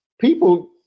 people